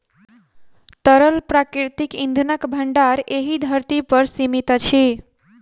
तरल प्राकृतिक इंधनक भंडार एहि धरती पर सीमित अछि